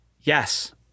Yes